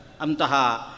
Amtaha